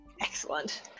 Excellent